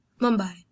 Mumbai